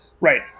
Right